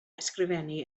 ysgrifennu